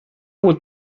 would